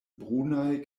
brunaj